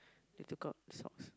they took out the socks